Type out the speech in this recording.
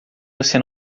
você